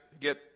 get